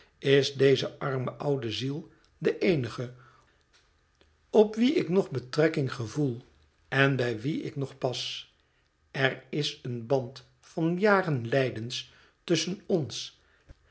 is deze arme oude ziel de eenige op wie ik nog betrekking gevoel en bij wie ik nog pas er is een band van vele jaren lijdens tusschen ons